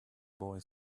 boy